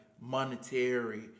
monetary